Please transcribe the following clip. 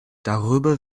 darüber